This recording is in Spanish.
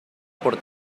por